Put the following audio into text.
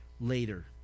later